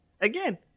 Again